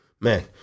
Man